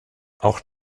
auch